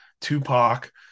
tupac